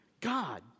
God